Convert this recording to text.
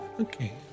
Okay